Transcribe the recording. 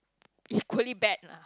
equally bad lah